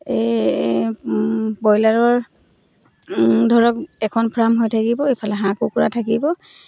এই ব্ৰইলাৰৰ ধৰক এখন ফ্ৰাম হৈ থাকিব ইফালে হাঁহ কুকুৰা থাকিব